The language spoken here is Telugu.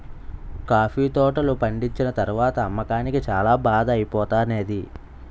కాఫీ తోటలు పండిచ్చిన తరవాత అమ్మకానికి చాల బాధ ఐపోతానేది